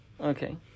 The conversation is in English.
Okay